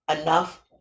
enough